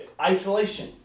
Isolation